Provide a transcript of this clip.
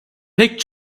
pek